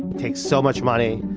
takes so much money,